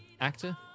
actor